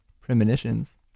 Premonitions